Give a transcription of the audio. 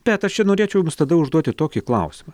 bet aš čia norėčiau jums tada užduoti tokį klausimą